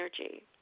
energy